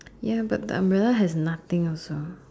ya but the umbrella has nothing also